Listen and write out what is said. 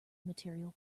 material